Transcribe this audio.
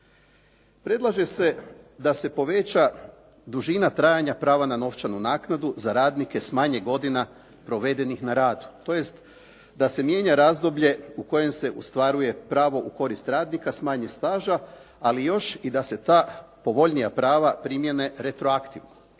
Predlaže se da se poveća dužina trajanja prava na novčanu naknadu za radnike s manje godina provedenih na radu. Tj. da se mijenja razdoblje u kojem se ostvaruje pravo u korist radnika s manje staža, ali i još i da se ta povoljnija prava primijene retroaktivno.